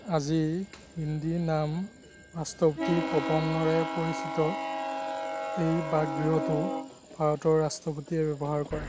আজি হিন্দী নাম 'ৰাষ্ট্ৰপতি ভৱন'ৰে পৰিচিত এই বাসগৃহটো ভাৰতৰ ৰাষ্ট্ৰপতিয়ে ব্যৱহাৰ কৰে